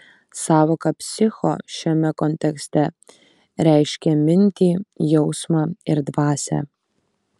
sąvoka psicho šiame kontekste reiškia mintį jausmą ir dvasią